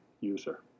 user